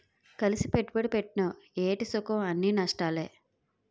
కలిసి పెట్టుబడి పెట్టినవ్ ఏటి సుఖంఅన్నీ నష్టాలే